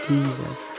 Jesus